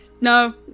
No